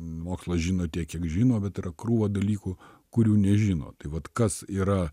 mokslas žino tiek kiek žino bet yra krūva dalykų kurių nežino tai vat kas yra